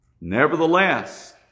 Nevertheless